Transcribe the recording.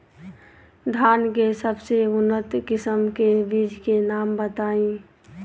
धान के सबसे उन्नत किस्म के बिज के नाम बताई?